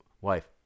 wife